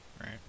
right